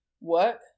work